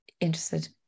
interested